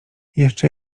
jeszcze